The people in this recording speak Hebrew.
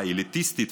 האליטיסטית,